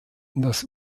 das